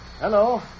Hello